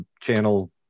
channel